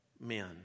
men